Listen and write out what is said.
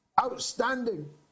outstanding